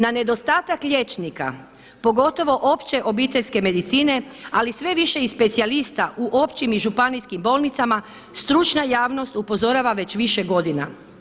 Na nedostatak liječnika, pogotovo opće obiteljske medicine ali i sve više i specijalista u općim i županijskim bolnicama stručna javnost upozorava već više godina.